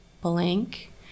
blank